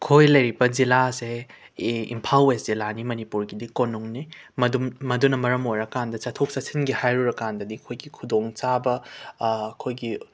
ꯑꯩꯈꯣꯏ ꯂꯩꯔꯤꯕ ꯖꯤꯂꯥꯁꯦ ꯑꯦ ꯏꯝꯐꯥꯜ ꯋꯦꯁ ꯖꯤꯂꯥꯅꯤ ꯃꯅꯤꯄꯨꯔꯒꯤꯗꯤ ꯀꯣꯅꯨꯡꯅꯤ ꯃꯗꯨꯝ ꯃꯗꯨꯅ ꯃꯔꯝ ꯑꯣꯏꯔꯀꯥꯟꯗ ꯆꯠꯊꯣꯛ ꯆꯠꯁꯤꯟꯒꯤ ꯍꯥꯏꯔꯨꯔꯀꯥꯟꯗꯗꯤ ꯑꯩꯈꯣꯏꯒꯤ ꯈꯨꯗꯣꯡꯆꯥꯕ ꯑꯩꯈꯣꯏꯒꯤ